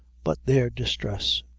but their distress.